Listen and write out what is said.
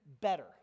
better